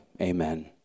Amen